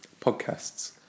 podcasts